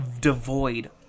devoid